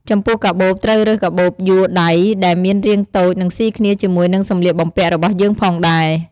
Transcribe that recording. ចំពោះកាបូបត្រូវរើសកាបូបយួរដៃណាដែលមានរាងតូចនិងសុីគ្នាជាមួយនិងសម្លៀកបំពាក់របស់យើងផងដែរ។